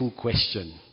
question